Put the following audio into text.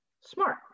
SMART